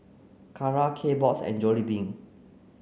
Kara Kbox and Jollibee